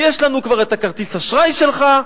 יש לנו כבר כרטיס האשראי שלך.